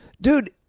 Dude